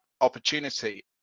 opportunity